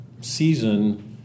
season